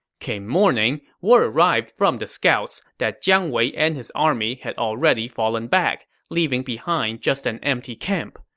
came morning, word arrived from the scouts that jiang wei and his army had already fallen back, leaving behind just an empty camp.